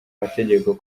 mategeko